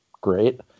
great